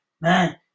Man